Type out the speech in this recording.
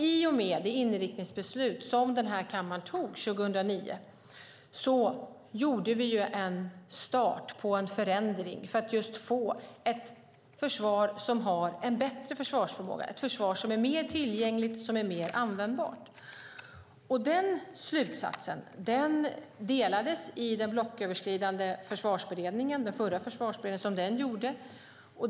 I och med det inriktningsbeslut som denna kammare fattade 2009 gjorde vi en start på en förändring för att få ett försvar som har en bättre förvarsförmåga och är mer tillgängligt och mer användbart. Den slutsatsen delades i den blocköverskridande utredning som den förra försvarsberedningen gjorde.